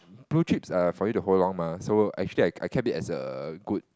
blue chips are for you to hold long mah so actually I I kept it as a good